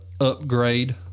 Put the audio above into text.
upgrade